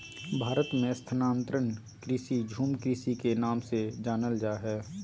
भारत मे स्थानांतरण कृषि, झूम कृषि के नाम से जानल जा हय